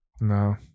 No